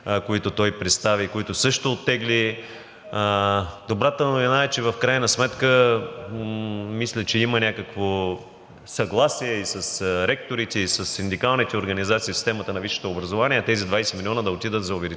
които той представи и които също оттегли. Добрата новина е, че в крайна сметка мисля, че има някакво съгласие и с ректорите, и със синдикалните организации в системата на висшето образование тези 20 милиона да отидат за увеличение